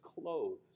clothes